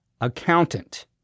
accountant